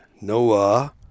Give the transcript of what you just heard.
Noah